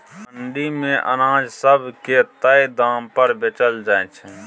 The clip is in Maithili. मंडी मे अनाज सब के तय दाम पर बेचल जाइ छै